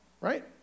right